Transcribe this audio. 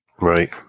Right